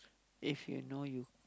if you know you